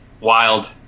wild